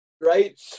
right